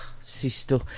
sister